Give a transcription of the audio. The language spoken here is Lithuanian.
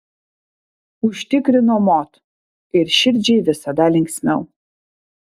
užtikrino mod ir širdžiai visada linksmiau